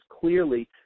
clearly